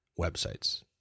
websites